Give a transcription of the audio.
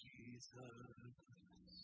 Jesus